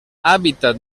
hábitat